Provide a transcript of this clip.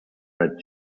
read